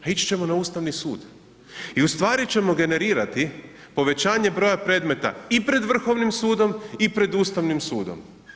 Pa ići ćemo na Ustavni sud i ustvari ćemo generirati povećanje broja predmeta i pred Vrhovnim sudom i pred Ustavnim sudom.